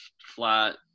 flat